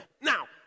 Now